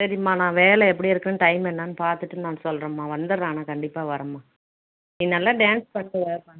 சரிம்மா நான் வேலை எப்படி இருக்குன்னு டைம் என்னான்னு பார்த்துட்டு நான் சொல்லுறேம்மா வந்துரறேன் ஆனால் கண்டிப்பாக வர்றேம்மா நீ நல்லா டான்ஸ் பண்ணுறியா பண்ணு